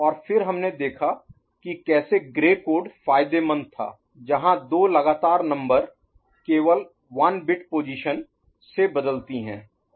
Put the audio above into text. और फिर हमने देखा कि कैसे ग्रे कोड फायदेमंद था जहां दो लगातार नंबर संख्या केवल 1 बिट पोजीशन Position स्थिति से बदलती हैं